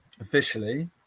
officially